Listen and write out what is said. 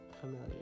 familiar